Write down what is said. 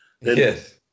Yes